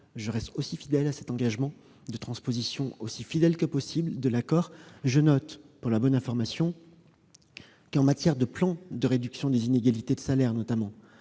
je reste aussi fidèle à mon engagement de transposition aussi conforme que possible de l'accord. Je note, pour la bonne information du Sénat, qu'en matière de plans de réduction des inégalités de salaires, notamment,